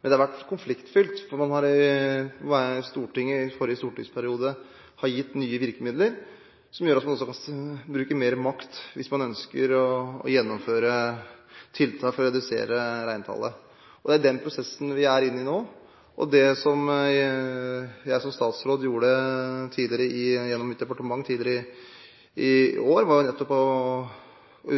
Men det har vært konfliktfylt, for Stortinget ga i forrige stortingsperiode nye virkemidler, som gjør at man også kan bruke mer makt hvis man ønsker å gjennomføre tiltak for å redusere reintallet. Det er den prosessen vi er inne i nå. Det som jeg som statsråd gjorde gjennom mitt departement tidligere i år, var nettopp å